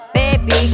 baby